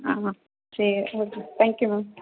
ஆ சரி okay thank you ma'am